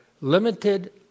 limited